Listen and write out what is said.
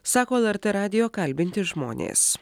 sako lrt radijo kalbinti žmonės